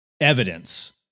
evidence